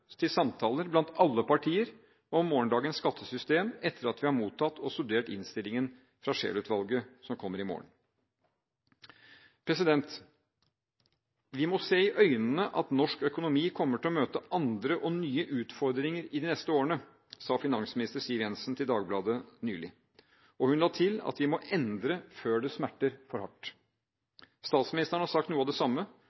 til samtaler blant alle partier om morgendagens skattesystem, etter at vi har mottatt og studert innstillingen fra Scheel-utvalget, som kommer i morgen. «Vi må se i øynene at norsk økonomi kommer til å møte andre og nye utfordringer de neste årene» sa finansminister Siv Jensen til Dagbladet nylig, og hun la til at vi må endre før det smerter for hardt.